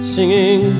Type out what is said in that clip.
Singing